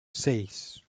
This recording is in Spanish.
seis